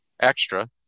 extra